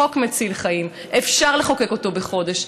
חוק מציל חיים, אפשר לחוקק אותו בחודש.